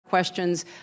questions